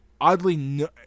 oddly